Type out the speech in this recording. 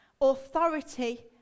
authority